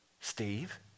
Steve